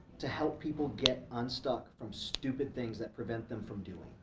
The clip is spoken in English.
to help people get unstuck from stupid things that prevent them from doing.